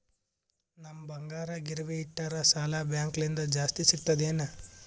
ನಮ್ ಬಂಗಾರ ಗಿರವಿ ಇಟ್ಟರ ಸಾಲ ಬ್ಯಾಂಕ ಲಿಂದ ಜಾಸ್ತಿ ಸಿಗ್ತದಾ ಏನ್?